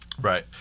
right